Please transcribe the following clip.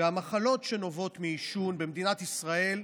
והמחלות שנובעות מעישון במדינת ישראל,